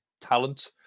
talent